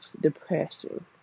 depression